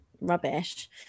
rubbish